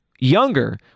younger